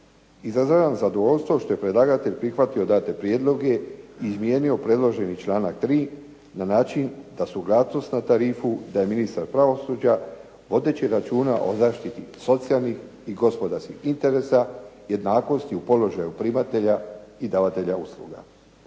Izražavam zadovoljstvo što je predlagatelj prihvatio date prijedloge i izmijenio predloženi članak 3. na način da su suglasnost na tarifu, da je ministar pravosuđa vodeći računa o zaštiti socijalnih i gospodarskih interesa, jednakosti u položaju primatelja i davatelja usluga.